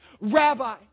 Rabbi